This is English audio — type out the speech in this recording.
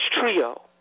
trio